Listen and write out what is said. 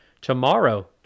tomorrow